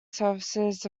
services